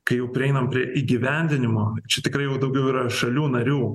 kai jau prieinam prie įgyvendinimo čia tikrai jau daugiau yra šalių narių